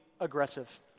aggressive